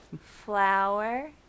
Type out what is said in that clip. flower